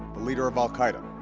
the leader of al qaeda.